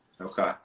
okay